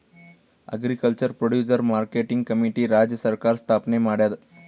agriculture producer marketing committee ರಾಜ್ಯ ಸರ್ಕಾರ್ ಸ್ಥಾಪನೆ ಮಾಡ್ಯಾದ